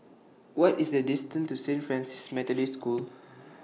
What IS The distance to Saint Francis Methodist School